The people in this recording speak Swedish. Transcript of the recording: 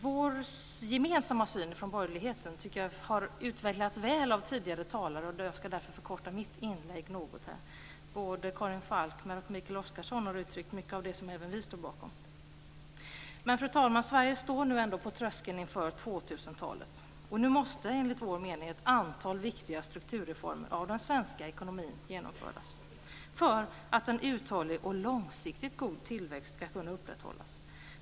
Vår gemensamma syn från borgerligheten tycker jag har utvecklats väl av tidigare talare, och jag ska därför förkorta mitt inlägg något här. Både Karin Falkmer och Mikael Oscarsson har uttryckt mycket av det som även vi står bakom. Fru talman! Sverige står ändå på tröskeln till 2000-talet, och nu måste enligt vår mening ett antal viktiga strukturreformer i den svenska ekonomin genomföras för att en uthållig och långsiktigt god tillväxt ska kunna upprätthållas.